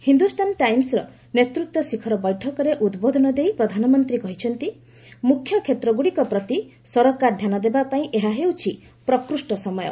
Hindustan Times ନେତୃତ୍ୱ ଶିଖର ବୈଠକରେ ଉଦ୍ବୋଧନ ଦେଇ ପ୍ରଧାନମନ୍ତ୍ରୀ କହିଛନ୍ତି ମୁଖ୍ୟ କ୍ଷେତ୍ରଗୁଡ଼ିକ ପ୍ରତି ସରକାର ଧ୍ୟାନ ଦେବା ପାଇଁ ଏହା ହେଉଛି ପ୍ରକୃଷ୍ଟ ସମୟ